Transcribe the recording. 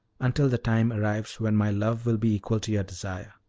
until the time arrives when my love will be equal to your desire.